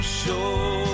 show